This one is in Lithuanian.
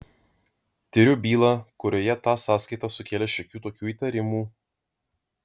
tiriu bylą kurioje ta sąskaita sukėlė šiokių tokių įtarimų